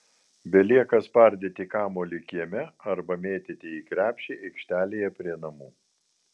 belieka spardyti kamuolį kieme arba mėtyti į krepšį aikštelėje prie namų